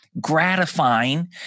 gratifying